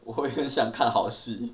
我会很想看好戏